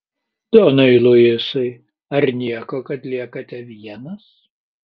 donai luisai ar nieko kad liekate vienas